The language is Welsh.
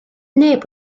neb